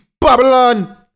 Babylon